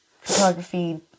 photography